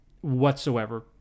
whatsoever